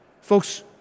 Folks